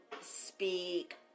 speak